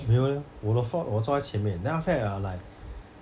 没有 leh 我的 flo~ 我坐在前面 then after that ah like